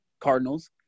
Cardinals